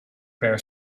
per